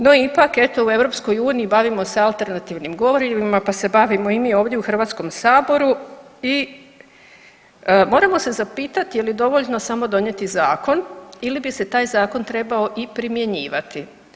No ipak, eto, u EU bavimo se alternativnim gorivima, pa se bavimo i mi ovdje u HS-u i moramo se zapitati je li dovoljno samo donijeti zakon ili bi se taj zakon trebao i primjenjivati?